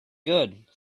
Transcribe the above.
good